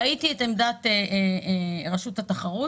ראיתי את עמדת רשות התחרות